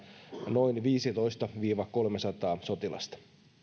noin viisitoista viiva kolmesataa sotilasta